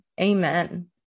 Amen